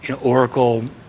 Oracle